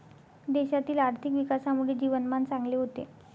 देशातील आर्थिक विकासामुळे जीवनमान चांगले होते